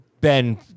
Ben